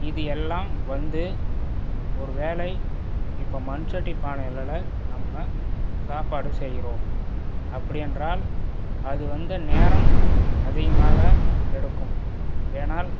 இது எல்லாம் வந்து ஒரு வேளை இப்போது மண் சட்டி பானைகளோடு நம்ம சாப்பாடு செய்கிறோம் அப்படி என்றால் அது வந்து நேரம் அதிகமாக எடுக்கும் ஏனால்